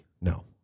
no